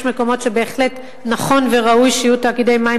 יש מקומות שבהחלט נכון וראוי שיהיו תאגידי מים,